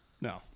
No